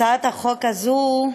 את הצעת החוק הזאת,